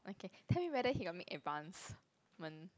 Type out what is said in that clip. okay tell me whether he got make advancement